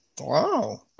Wow